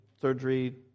surgery